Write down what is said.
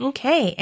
Okay